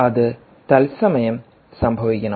അത് തത്സമയം സംഭവിക്കണം